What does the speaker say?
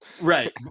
right